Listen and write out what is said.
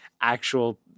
actual